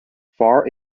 farr